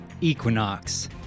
Equinox